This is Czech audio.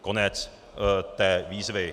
Konec té výzvy.